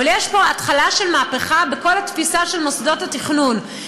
אבל יש פה התחלה של מהפכה בכל התפיסה של מוסדות התכנון,